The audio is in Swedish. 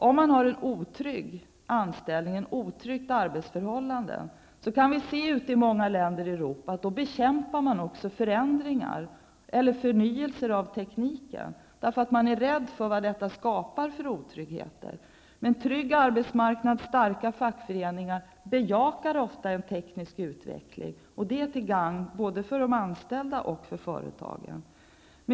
Vi kan ute i Europa se att de som har otrygga anställningar, otrygga arbetsförhållanden, också bekämpar förändringar eller förnyelse när det gäller tekniken. De är rädda för den otrygghet som detta kan skapa. Men en trygg arbetsmarknad och starka fackföreningar bejakar ofta en teknisk utveckling, och detta till gagn både för de anställda och för företagen.